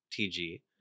TG